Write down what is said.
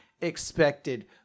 expected